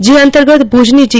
જે અતર્ગત ભુજની જી